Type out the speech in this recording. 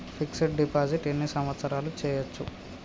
Fix డ్ deposit ఎన్ని సంవత్సరాలు చేయచ్చు?